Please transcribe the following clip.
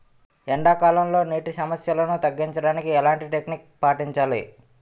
ఎండా కాలంలో, నీటి సమస్యలను తగ్గించడానికి ఎలాంటి టెక్నిక్ పాటించాలి?